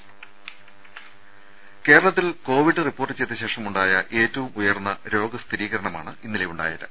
രുമ കേരളത്തിൽ Covid report ചെയ്ത ശേഷമുണ്ടായ ഏറ്റവും ഉയർന്ന രോഗ സ്ഥിരീകരണമാണ് ഇന്നലെ ഉണ്ടായത്